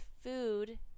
food